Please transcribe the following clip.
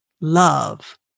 love